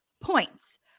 points